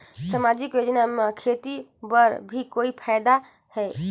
समाजिक योजना म खेती बर भी कोई फायदा है?